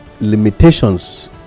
limitations